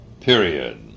period